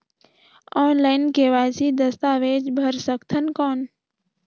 Online KYC दस्तावेज भर सकथन कौन?